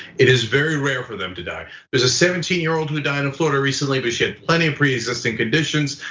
it is very rare for them to die. there's a seventeen year old who died in florida recently, but she had plenty of pre-existing conditions.